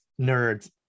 nerds